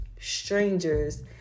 Strangers